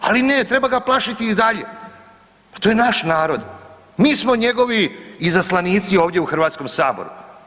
Ali ne, treba ga plašiti i dalje pa to je naš narod, mi smo njegovi izaslanici u Hrvatskom saboru.